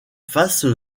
face